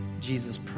Jesus